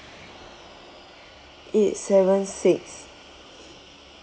eight seven six